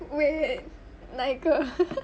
wait 哪一个